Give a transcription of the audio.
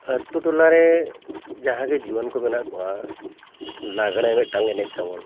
ᱟᱛᱳ ᱴᱚᱞᱟᱨᱮ ᱡᱟᱦᱟᱸᱜᱮ ᱡᱩᱣᱟᱹᱱ ᱠᱚ ᱢᱮᱱᱟᱜ ᱠᱚᱣᱟ ᱞᱟᱜᱽᱬᱮ ᱢᱤᱫᱴᱟᱝ ᱮᱱᱮᱡ ᱛᱟᱵᱚᱱ